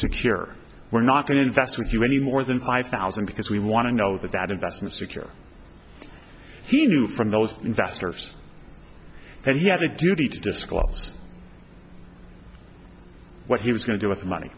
secure we're not going to invest with you any more than five thousand because we want to know that that investment secure he knew from those investors and he had a duty to disclose what he was going to do with money